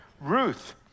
Ruth